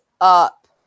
up